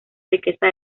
riqueza